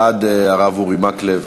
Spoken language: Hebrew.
בעד הרב אורי מקלב.